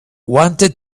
wanted